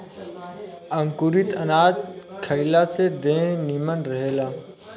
अंकुरित अनाज खइला से देह निमन रहेला